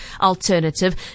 alternative